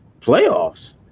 playoffs